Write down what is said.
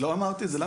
לא אמרתי את זה.